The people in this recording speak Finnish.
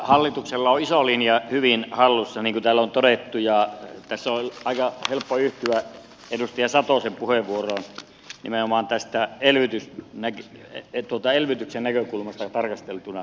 hallituksella on iso linja hyvin hallussa niin kuin täällä on todettu ja tässä on aika helppo yhtyä edustaja satosen puheenvuoroon nimenomaan tästä elvytyksen näkökulmasta tarkasteltuna